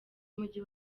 umujyi